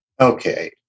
Okay